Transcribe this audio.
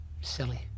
silly